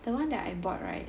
the [one] that I bought right